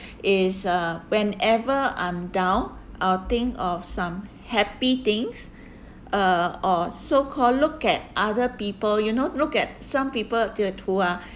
is uh whenever I'm down I'll think of some happy things uh or so-called look at other people you know look at some people to who are